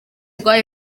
rwa